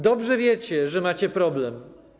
Dobrze wiecie, że macie problem.